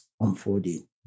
unfolding